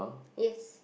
yes